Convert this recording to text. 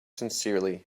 sincerely